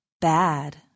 bad